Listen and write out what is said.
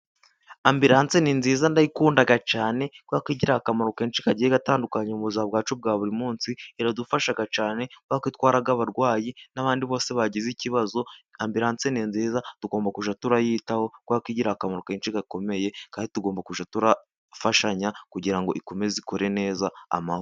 Ambilanse ni nziza ndayikunda cyane, kubera ko igira akamaro kenshi kagiye gatandukanye mu buzima bwacu bwa buri munsi. Iradufasha cyane, kubera ko itwara abarwayi n'abandi bose bagize ikibazo. Ambilanse ni nziza tugomba kujya turayitaho, kubera ko igira akamaro kenshi gakomeye, kandi tugomba kujya turafashanya kugira ikomeze ikorere neza...